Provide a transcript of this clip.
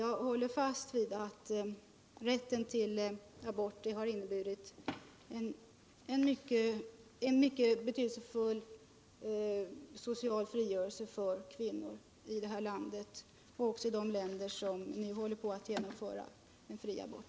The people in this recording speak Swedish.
Jag håller fast vid att rätten till abort har inneburit en mycket betydelsefull social frigörelse för kvinnor i det här landet och i de länder som nu håller på att införa bestämmelser om fri abort.